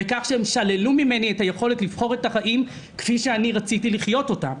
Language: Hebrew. בכך שהם שללו ממני את היכולת לבחור את החיים כפי שאני רציתי לחיות אותם.